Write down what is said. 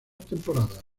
temporadas